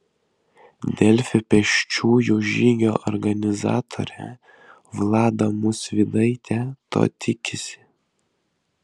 delfi pėsčiųjų žygio organizatorė vlada musvydaitė to tikisi